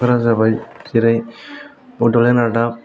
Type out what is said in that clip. फोरा जाबाय जेरै बड'लेण्ड रादाब